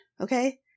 okay